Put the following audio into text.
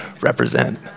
Represent